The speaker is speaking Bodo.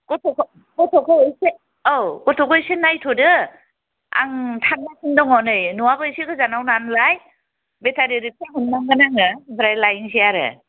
गथ'खौ गथ'खौ एसे औ गथ'खौ एसे नायथ'दो आं थांगासिनो दङ नै न'आबो एसे गोजानाव नालाय बेटारि रिक्सा हमनांगोन आङो ओमफ्राय लायनोसै आरो